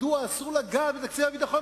מדוע אסור לגעת בתקציב הביטחון,